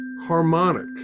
harmonic